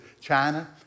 China